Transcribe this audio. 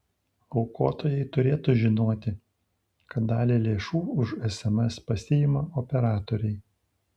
aukotojai turėtų žinoti kad dalį lėšų už sms pasiima operatoriai